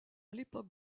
l’époque